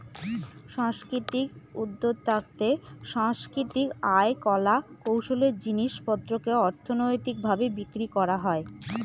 সাংস্কৃতিক উদ্যক্তাতে সাংস্কৃতিক আর কলা কৌশলের জিনিস পত্রকে অর্থনৈতিক ভাবে বিক্রি করা হয়